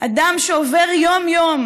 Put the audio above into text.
אדם שעובר יום-יום